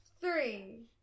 three